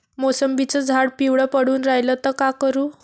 मोसंबीचं झाड पिवळं पडून रायलं त का करू?